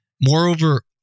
Moreover